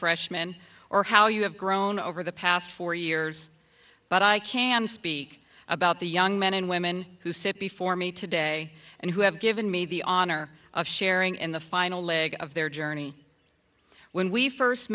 freshman or how you have grown over the past four years but i can speak about the young men and women who sit before me today and who have given me the honor of sharing in the final leg of their journey when we first